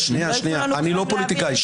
אני לא פוליטיקאי.